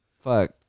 fuck